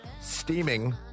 steaming